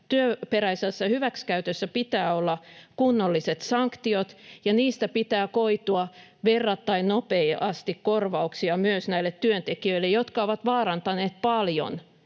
työperäisessä hyväksikäytössä pitää olla kunnolliset sanktiot ja niistä pitää koitua verrattain nopeasti korvauksia myös näille työntekijöille, jotka ovat vaarantaneet paljon